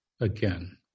again